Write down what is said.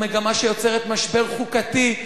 מגמה שיוצרת משבר חוקתי.